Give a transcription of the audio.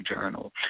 Journal